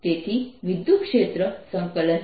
તેથી વિદ્યુતક્ષેત્ર E